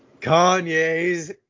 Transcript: Kanye's